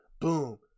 Boom